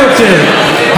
אין יותר מזה,